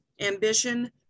ambition